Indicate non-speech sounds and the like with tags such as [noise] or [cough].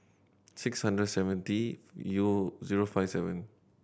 six hundred seventy [unintelligible] zero five seven